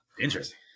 interesting